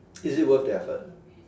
is it worth the effort